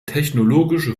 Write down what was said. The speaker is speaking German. technologische